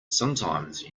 sometimes